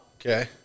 okay